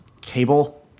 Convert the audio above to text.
Cable